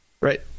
right